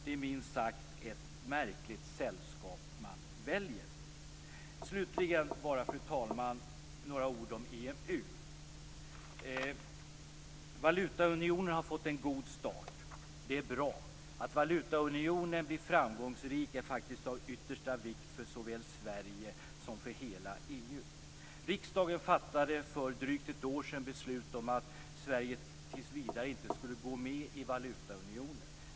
Det är minst sagt ett märkligt sällskap man väljer. Fru talman! Slutligen några ord om EMU. Valutaunionen har fått en god start. Det är bra. Att valutaunionen blir framgångsrik är faktiskt av yttersta vikt för såväl Sverige som för hela EU. Riksdagen fattade för drygt ett år sedan beslut om att Sverige tillsvidare inte skulle gå med i valutaunionen.